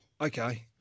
okay